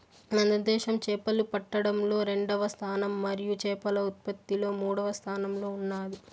మన దేశం చేపలు పట్టడంలో రెండవ స్థానం మరియు చేపల ఉత్పత్తిలో మూడవ స్థానంలో ఉన్నాది